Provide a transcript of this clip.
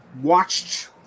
watched